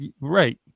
right